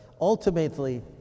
ultimately